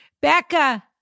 Becca